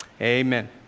Amen